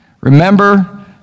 Remember